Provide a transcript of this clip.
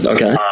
Okay